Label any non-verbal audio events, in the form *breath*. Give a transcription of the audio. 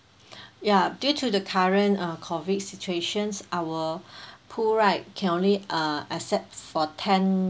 *breath* ya due to the current uh COVID situations our pool right can only uh accept for ten